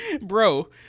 Bro